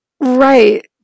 right